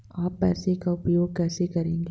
आप पैसे का उपयोग कैसे करेंगे?